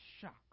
shock